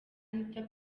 anita